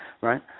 Right